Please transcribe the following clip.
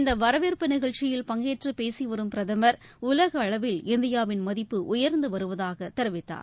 இந்த வரவேற்பு நிகழ்ச்சியில் பங்கேற்று பேசி வரும் பிரதமர் உலக அளவில் இந்தியாவின் மதிப்பு உயர்ந்து வருவதாக தெரிவித்தார்